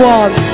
one